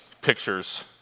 pictures